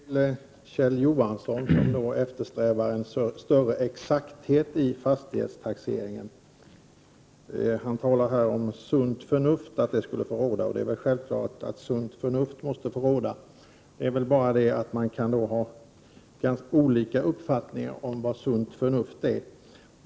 Herr talman! Först några ord till Kjell Johansson, som eftersträvar en större exakthet beträffande fastighetstaxeringen. Han sade att sunt förnuft borde få råda, och det är självklart. Det är bara det att man kan ha olika uppfattning om vad som är sunt förnuft.